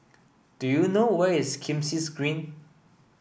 do you know where is Kismis Green